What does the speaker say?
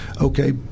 okay